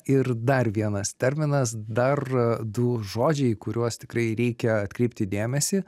ir dar vienas terminas dar du žodžiai į kuriuos tikrai reikia atkreipti dėmesį